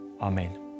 amen